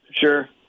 Sure